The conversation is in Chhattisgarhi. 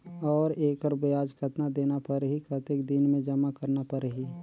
और एकर ब्याज कतना देना परही कतेक दिन मे जमा करना परही??